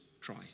try